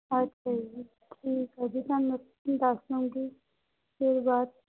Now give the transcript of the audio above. ਅੱਛਾ ਜੀ ਠੀਕ ਆ ਜੇ ਸਾਨੂੰ ਤੁਸੀਂ ਦੱਸ ਦਓਗੇ ਕਿ ਬਾਹਰ